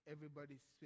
Everybody's